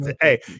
Hey